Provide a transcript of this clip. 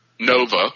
Nova